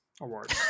award